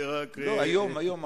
לא, היום, היום.